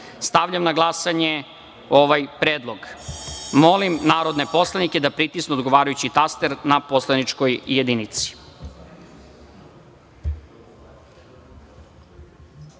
godine. Stavljam na glasanje ovaj predlog. Molim narodne poslanike da pritisnu odgovarajući taster na poslaničkoj